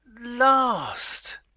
last